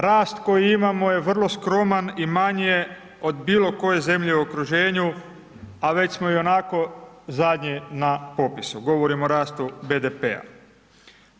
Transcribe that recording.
Rast koji imamo je vrlo skroman i manji je od bilo koje zemlje u okruženju, a već smo ionako zadnji na popisu, govorim o rastu BDP-a.